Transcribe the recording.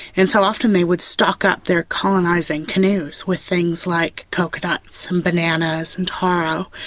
and so often they would stock up their colonising canoes with things like coconuts and bananas and taro.